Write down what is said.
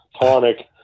Tonic